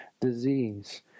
disease